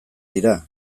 dira